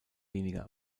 weniger